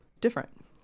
Different